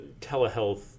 telehealth